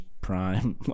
Prime